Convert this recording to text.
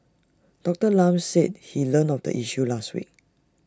Doctor Lam said he learnt of the issue last week